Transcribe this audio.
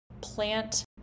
Plant